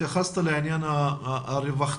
התייחסת לעניין הרווחת,